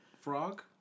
frog